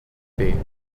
bay